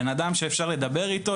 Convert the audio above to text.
בן אדם שאפשר לדבר איתו,